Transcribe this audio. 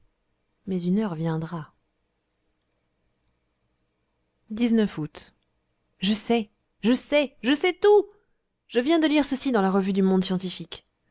mais une heure viendra août je sais je sais je sais tout je viens de lire ceci dans la revue du monde scientifique